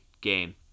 game